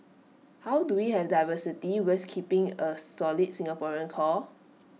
how do we have diversity whilst keeping A solid Singaporean core